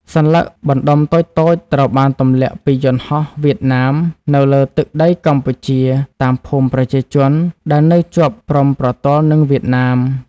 សន្លឹកបណ្ដុំតូចៗត្រូវបានទន្លាក់ពីយន្តហោះវៀតណាម នៅលើទឹកដីកម្ពុជា តាមភូមិប្រជាជនដែលនៅជាប់ព្រំប្រទល់និងវៀតណាម។